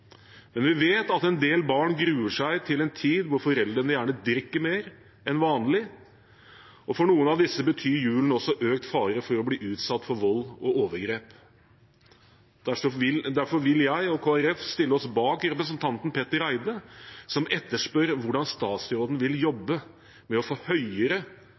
men vi vet at en del barn gruer seg til en tid da foreldrene gjerne drikker mer enn vanlig, og for noen av disse betyr julen også økt fare for å bli utsatt for vold og overgrep. Derfor vil jeg og Kristelig Folkeparti stille oss bak representanten Petter Eide, som etterspør hvordan statsråden vil jobbe med å få høyere